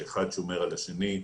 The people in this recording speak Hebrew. שאחד שומר על השני,